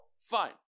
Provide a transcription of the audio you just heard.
Fine